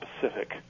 Pacific